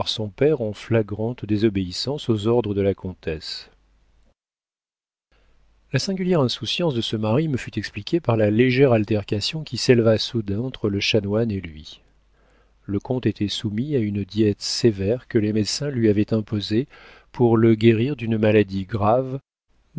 son père en flagrante désobéissance aux ordres de la comtesse la singulière insouciance de ce mari me fut expliquée par la légère altercation qui s'éleva soudain entre le chanoine et lui le comte était soumis à une diète sévère que les médecins lui avaient imposée pour le guérir d'une maladie grave